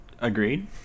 Agreed